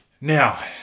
Now